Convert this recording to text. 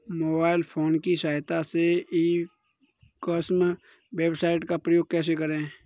Mobile phone की सहायता से ई कॉमर्स वेबसाइट का उपयोग कैसे करें?